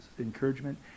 encouragement